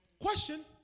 Question